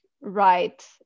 right